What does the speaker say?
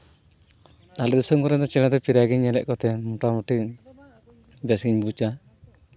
ᱟᱞᱮ ᱫᱤᱥᱚᱢ ᱠᱚᱨᱮ ᱫᱚ ᱪᱮᱨᱦᱟ ᱫᱚ ᱪᱮᱨᱦᱟᱜᱮᱧ ᱧᱮᱞᱮᱫ ᱠᱚ ᱛᱟᱦᱮᱱ ᱢᱚᱴᱟᱢᱩᱴᱤ ᱵᱮᱥᱤᱧ ᱵᱩᱡᱟ